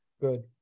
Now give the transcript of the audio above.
Good